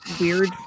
weird